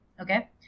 okay